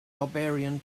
barbarian